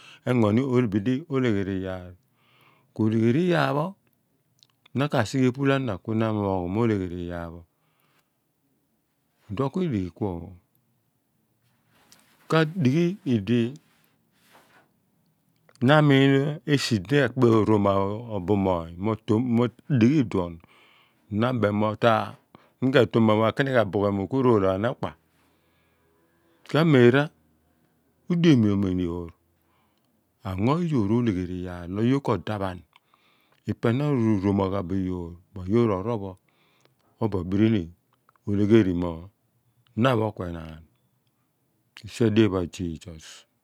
Engo ni bidi olegheri iyaar kuo legheri iyaar pho, na kah sighe epuul ana kuanghoom ohe ghiri iyaar pho iduon kidighi ku kadighi oye di naa min esi diekpe oro ma obumony mo dighi iduan na beem mo taah mi ka to ma bo̱ akienigh abughe nuu korolonaan ghan okpa ka meera udea mion iyoor ango iyoor oleghe riyaar di toor kada phan ipe na ruru maa gha bo̱ iyoor mo yoor ooroh pho obo abiri ni pho olegheri mo na kue naan esi adean pho a zi sos erooli idi pho.